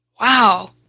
Wow